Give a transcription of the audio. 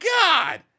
God